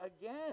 again